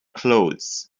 clothes